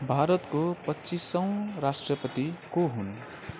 भारतको पच्चिसैँ राष्ट्रपती को हुन्